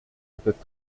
étaient